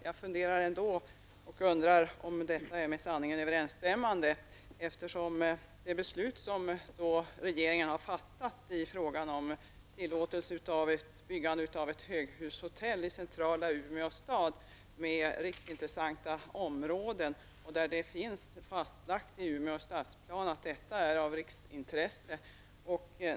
Jag undrar ändå om detta är med sanningen överensstämmande, eftersom regeringen genom ett beslut har godkänt byggande av ett höghus som skall bli hotell i centrala Umeå, där det finns riksintressanta områden som enligt fastlagd stadsplan är av riksintresse.